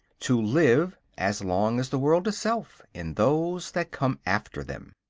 to live, as long as the world itself, in those that come after them.